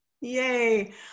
Yay